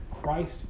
Christ